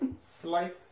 Slice